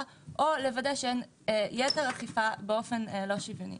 או לוודא שאין יתר אכיפה באופן לא שוויוני.